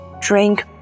drink